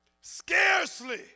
scarcely